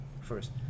first